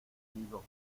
digo